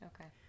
Okay